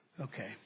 Okay